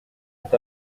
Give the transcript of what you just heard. est